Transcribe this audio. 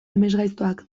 amesgaiztoak